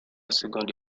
seconde